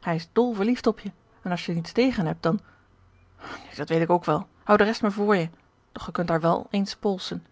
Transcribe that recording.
hij is dot verliefd op je en als je er niets tegen hebt dan nu dat weet ik ook wel houd de rest maar voor je doch ge kunt haar wèl eens polsen